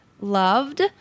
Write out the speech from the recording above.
loved